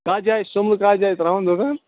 کَتھ جایہِ سُمبلہٕ کَتھ جایہِ ترٛاوَن دُکان